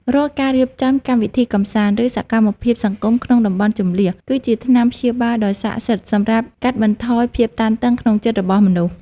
រាល់ការរៀបចំកម្មវិធីកម្សាន្ត ឬសកម្មភាពសង្គមក្នុងតំបន់ជម្លៀស គឺជាថ្នាំព្យាបាលដ៏ស័ក្តិសិទ្ធិសម្រាប់កាត់បន្ថយភាពតានតឹងក្នុងចិត្តរបស់មនុស្ស។